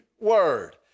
word